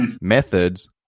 methods